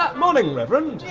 ah morning, reverend. yeah